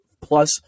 plus